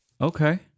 okay